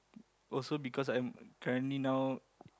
also because I'm currently now